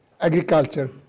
agriculture